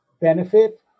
benefit